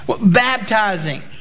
Baptizing